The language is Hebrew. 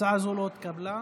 ההצעה הזו לא התקבלה.